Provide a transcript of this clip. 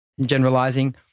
generalizing